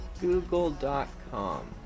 Google.com